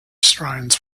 strains